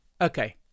Okay